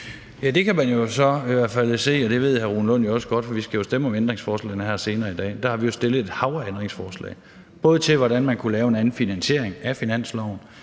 hvert fald se, og det ved hr. Rune Lund også godt. Vi skal stemme om ændringsforslagene her senere i dag, og der har vi jo stillet et hav af ændringsforslag – både til, hvordan man kunne lave en anden finansiering af finansloven,